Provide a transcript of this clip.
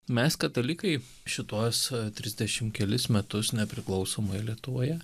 mes katalikai šituos trisdešim kelis metus nepriklausomoj lietuvoje